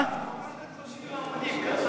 70 עמודים.